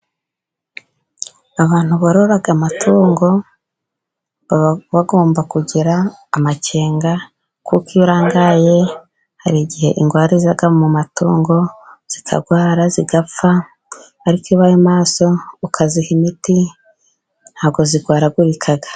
Abantu borora amatungo bagomba kugira amakenga, kuko iyo barangaye, hari igihe ingwara ziza mu matungo zikarwara zigapfa, ariko iyo ubaye maso ukaziha imiti ntabwo zirwaragurikaga